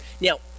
Now